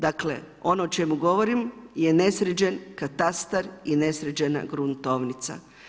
Dakle, ono o čemu govorim je nesređen katastar i nesređena gruntovnica.